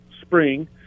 spring